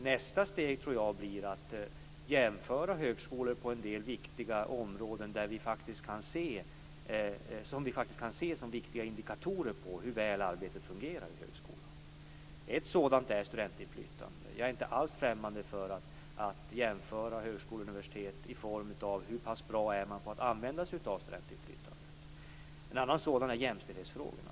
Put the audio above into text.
Nästa steg tror jag blir att jämföra högskolor på en del viktiga områden som vi kan se som viktiga indikatorer på hur väl arbetet fungerar i högskolan. Ett sådant är studentinflytande. Jag är inte alls främmande för att jämföra högskolor och universitet med avseende på hur bra man är på använda sig av studentinflytandet. En annan sådan sak är jämställdhetsfrågorna.